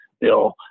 bill